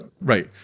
right